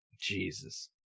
jesus